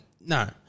No